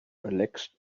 relaxed